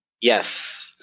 Yes